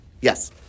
Yes